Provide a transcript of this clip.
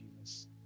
Jesus